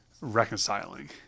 reconciling